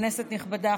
כנסת נכבדה,